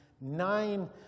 nine